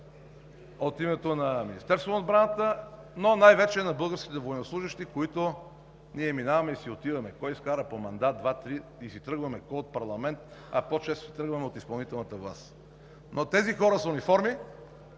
от името на Министерството на отбраната, но най-вече на българските военнослужещи. Ние минаваме и си отиваме – кой изкара по мандат, два, три и си тръгваме, кой от парламент, а по-често си тръгваме от изпълнителната власт, но хората с униформи,